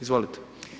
Izvolite.